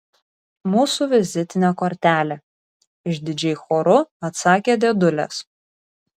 mūsų vizitinė kortelė išdidžiai choru atsakė dėdulės